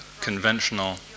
conventional